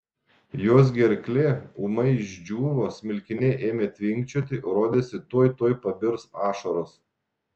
jos gerklė ūmai išdžiūvo smilkiniai ėmė tvinkčioti rodėsi tuoj tuoj pabirs ašaros